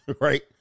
Right